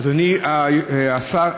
אדוני השר,